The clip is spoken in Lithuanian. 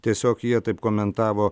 tiesiog jie taip komentavo